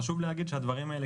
חשוב להגיד שהדברים האלה,